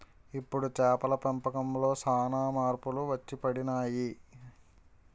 ఇప్పుడు చేపల పెంపకంలో సాన మార్పులు వచ్చిపడినాయి